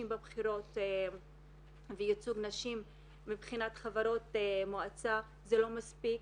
בבחירות וייצוג נשים מבחינת חברות מועצה זה לא מספיק.